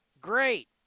great